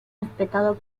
respetado